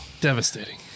Devastating